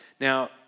Now